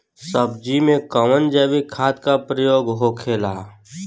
सब्जी में कवन जैविक खाद का प्रयोग होखेला?